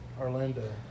Orlando